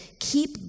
keep